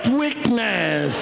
weakness